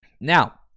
Now